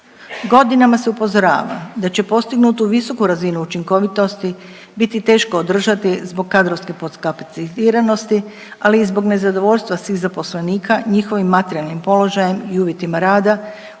Godinama se upozorava da će postignutu visoku razinu učinkovitosti biti teško održati zbog kadrovske potkapacitiranosti, ali i zbog nezadovoljstva svih zaposlenika njihovim materijalnim položajem i uvjetima rada koji su